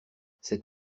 cette